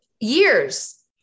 years